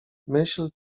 myśl